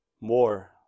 more